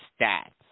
stats